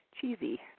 cheesy